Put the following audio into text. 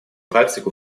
практику